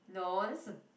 no that's a